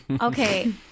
Okay